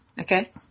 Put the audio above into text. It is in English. okay